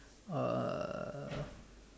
uh